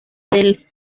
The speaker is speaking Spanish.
del